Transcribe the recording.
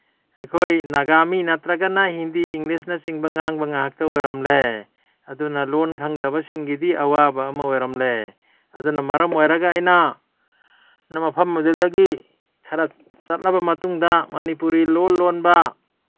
ꯑꯩꯈꯣꯏ ꯅꯥꯒꯥꯃꯤ ꯅꯠꯇ꯭ꯔꯒꯅ ꯍꯤꯟꯗꯤ ꯏꯪꯂꯤꯁꯅꯆꯤꯡꯕ ꯉꯥꯡꯕ ꯉꯥꯛꯇ ꯑꯣꯏꯔꯝꯂꯦ ꯑꯗꯨꯅ ꯂꯣꯟ ꯈꯪꯗꯕꯁꯤꯡꯒꯤꯗꯤ ꯑꯋꯥꯕ ꯑꯃ ꯑꯣꯏꯔꯝꯂꯦ ꯑꯗꯨꯅ ꯃꯔꯝ ꯑꯣꯏꯔꯒ ꯑꯩꯅ ꯃꯐꯝ ꯑꯗꯨꯗꯒꯤ ꯈꯔ ꯆꯠꯂꯕ ꯃꯇꯨꯡꯗ ꯃꯅꯤꯄꯨꯔꯤ ꯂꯣꯟ ꯂꯣꯟꯕ